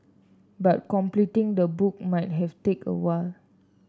but completing the book might have take a while